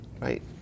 right